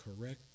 correct